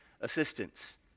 assistance